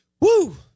Woo